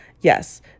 Yes